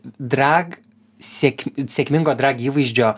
drag sėk sėkmingo drag įvaizdžio